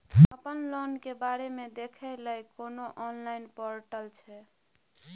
अपन लोन के बारे मे देखै लय कोनो ऑनलाइन र्पोटल छै?